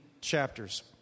chapters